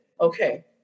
okay